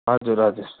हजुर हजुर